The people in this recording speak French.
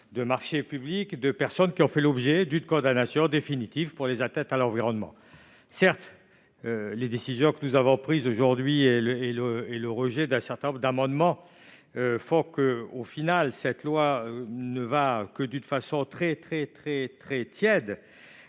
des marchés publics les personnes qui ont fait l'objet d'une condamnation définitive pour des atteintes à l'environnement. Certes, les décisions que nous avons prises aujourd'hui et le rejet d'un certain nombre d'amendements font que, finalement, cette loi apparaît très tiède